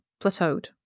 plateaued